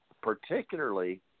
particularly